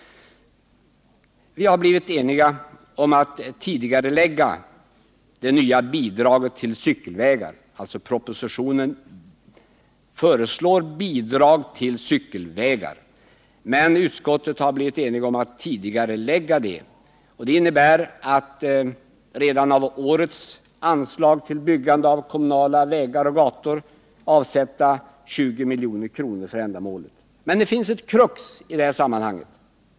Vi har inom utskottet blivit eniga om att tidigarelägga det i propositionen föreslagna nya bidraget till cykelvägar, vilket innebär att vi redan av årets anslag till byggande av kommunala vägar och gator vill avsätta 20 milj.kr. för ändamålet. Det finns ett krux i sammanhanget.